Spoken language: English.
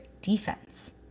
defense